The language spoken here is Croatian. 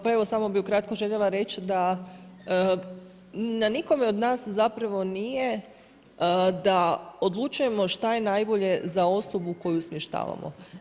Pa evo samo bih ukratko željela reći da na nikome od nas zapravo nije da odlučujemo šta je najbolje za osobu koju smještavamo.